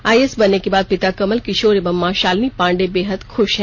IAS बनने के बाद पिता कमल किशोर एवं मां शालिनी पांडे बेहद खुश हैं